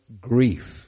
grief